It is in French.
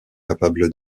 capables